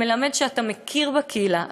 זה מלמד שאתה מכיר בקהילה,